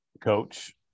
Coach